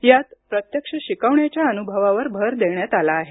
यात प्रत्यक्ष शिकवण्याच्या अनुभवावर भर देण्यात आला आहे